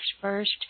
first